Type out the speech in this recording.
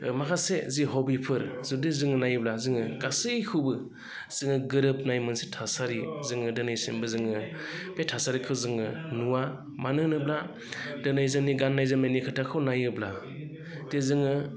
माखासे जि हबिफोर जुदि जों नायोब्ला जोङो गासैखौबो जोङो गोरोबनाय मोनसे थासारि जोङो दिनैसिमबो जोङो बे थासारिखौ जोङो नुवा मानो होनोब्ला दिनै जोंनि गाननाय जोमनायनि खोथाखौ नायोब्ला दि जोङो